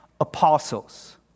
apostles